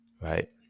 right